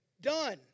Done